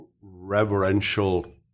reverential